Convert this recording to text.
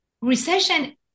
recession